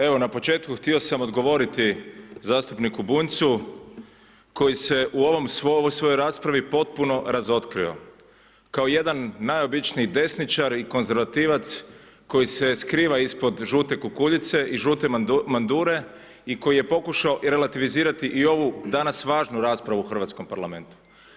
Evo na početku htio sam odgovoriti zastupniku Bunjcu, koji se u ovom svoj, ovoj svojoj raspravi potpuno razotkrio, kao jedan najobičniji desničar i konzervativac koji se skriva ispod žute kukuljice i žute mandure, i koji je pokušao relativizirati i ovu danas važnu raspravu u hrvatskom parlamentu.